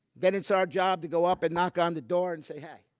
then it's our job to go up and knock on the door and say, hey,